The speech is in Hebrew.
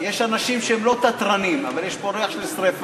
יש אנשים שהם לא תתרנים, אבל יש פה ריח של שרפה.